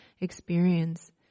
experience